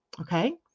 Okay